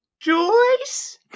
Joyce